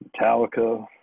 Metallica